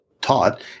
taught